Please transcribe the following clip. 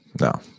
no